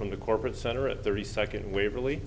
from the corporate center at thirty second waverly